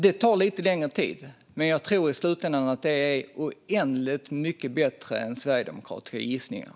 Det tar lite längre tid, men jag tror att det i slutändan är oändligt mycket bättre än sverigedemokratiska gissningar.